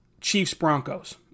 Chiefs-Broncos